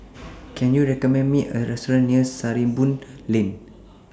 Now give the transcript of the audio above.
Can YOU recommend Me A Restaurant near Sarimbun Lane